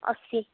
ଅଶୀ